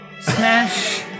smash